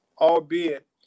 albeit